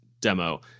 demo